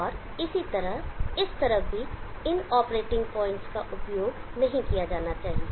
और इसी तरह इस तरफ भी इन ऑपरेटिंग पॉइंट्स का उपयोग नहीं किया जाना चाहिए